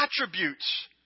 attributes